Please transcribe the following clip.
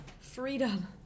Freedom